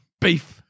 beef